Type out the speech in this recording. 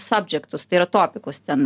sabdžektus tai yra topikus ten